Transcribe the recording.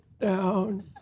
down